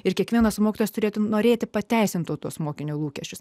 ir kiekvienas mokytojas turėtumei norėti pateisintų tuos mokinių lūkesčius